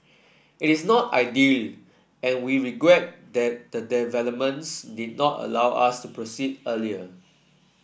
it is not ideal and we regret that the developments did not allow us to proceed earlier